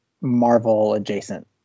Marvel-adjacent